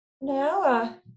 Now